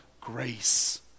grace